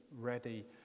ready